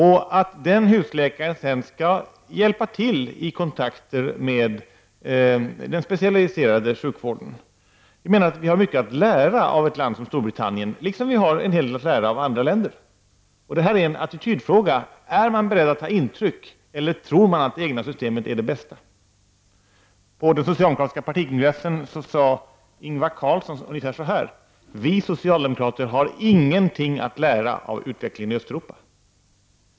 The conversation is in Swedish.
Husläkaren skall sedan hjälpa till när det gäller kontakterna med den specialiserade sjukvården. Vi har alltså mycket att lära av ett land som Storbritannien liksom av en del andra länder. Det här är en fråga om attityder. Är man beredd att ta intryck, eller tror man att det egna systemet är det bästa? Ingvar Carlsson ungefär så här: Vi socialdemokrater har ingenting att lära av utvecklingen i Östeuropa.